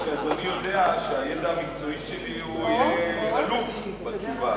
רק שאדוני יודע שהידע המקצועי שלי יהיה עלוב בתשובה.